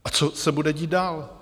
A co se bude dít dál?